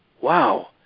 wow